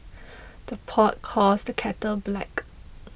the pot calls the kettle black